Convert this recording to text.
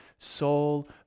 soul